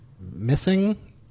missing